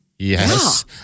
Yes